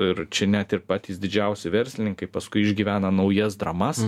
ir čia net ir patys didžiausi verslininkai paskui išgyvena naujas dramas